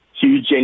huge